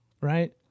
right